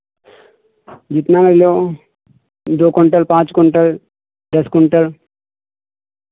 जितना ले लो दो क्विंटल पाँच क्विंटल दस क्विंटल